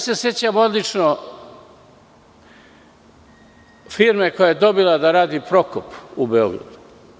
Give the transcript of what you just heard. Sećam se odlično firme koja je dobila da radi Prokop u Beogradu.